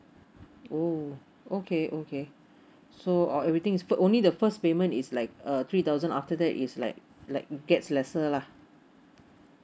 oh okay okay so uh everything is only the first payment is like a three thousand after that is like like gets lesser lah